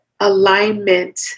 alignment